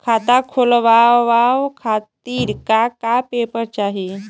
खाता खोलवाव खातिर का का पेपर चाही?